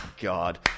God